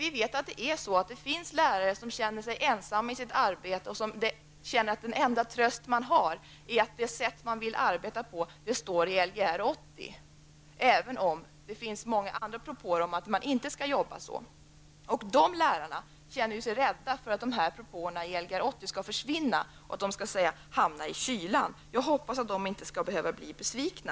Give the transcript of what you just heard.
Vi vet att det finns lärare som känner sig ensamma i sitt arbete och som känner att den enda tröst de har är att det sätt som de arbetar på står skrivet i Lgr 80, även om det finns andra propåer om att man inte skall arbeta på det viset. Dessa lärare är rädda för att det som står i Lgr 80 skall försvinna och att de hamnar i kylan. Jag hoppas att de inte skall behöva bli besvikna.